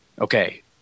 Okay